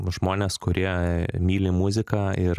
žmonės kurie myli muziką ir